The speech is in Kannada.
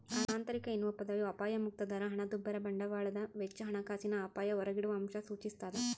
ಆಂತರಿಕ ಎನ್ನುವ ಪದವು ಅಪಾಯಮುಕ್ತ ದರ ಹಣದುಬ್ಬರ ಬಂಡವಾಳದ ವೆಚ್ಚ ಹಣಕಾಸಿನ ಅಪಾಯ ಹೊರಗಿಡುವಅಂಶ ಸೂಚಿಸ್ತಾದ